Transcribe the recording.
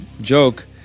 joke